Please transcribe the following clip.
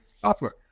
software